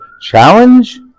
challenge